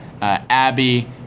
Abby